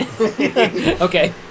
Okay